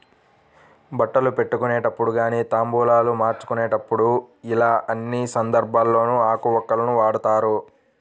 బట్టలు పెట్టుకునేటప్పుడు గానీ తాంబూలాలు మార్చుకునేప్పుడు యిలా అన్ని సందర్భాల్లోనూ ఆకు వక్కలను వాడతారు